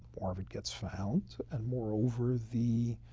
more of it gets found, and moreover the